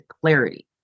clarity